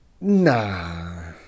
Nah